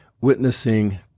witnessing